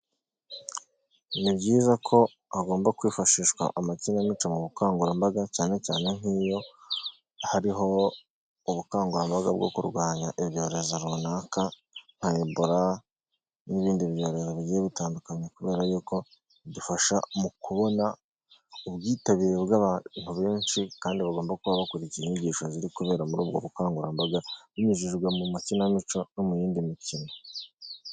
Ni byiza ko hagomba kwifashishwa amakinamico mu bukangurambaga cyane cyane nk'iyo hariho ubukangurambaga bwo kurwanya ibyorezo runaka nka ebora n'ibindi byorezo bigiye bitandukanye kubera yuko bidufasha mu kubona ubwitabire bw'abantu benshi kandi bagomba kuba bakurikiye inyigisho ziri kubera muri ubwo bukangurambaga binyujijwe mu makinamico no mu yindi mikino.